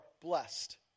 blessed